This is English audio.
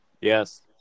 Yes